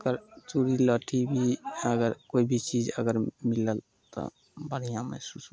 ओकर चूड़ी लहठी भी अगर कोइ भी चीज अगर मिलल तऽ बढ़िआँ महसूस बुझाइ